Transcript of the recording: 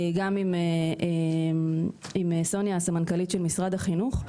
גם עם סוניה הסמנכ"לית של משרד החינוך.